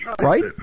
right